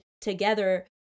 together